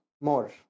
more